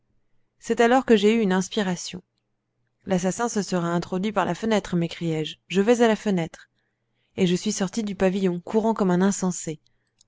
c'est alors que j'ai eu une inspiration l'assassin se sera introduit par la fenêtre m'écriai-je je vais à la fenêtre et je suis sorti du pavillon courant comme un insensé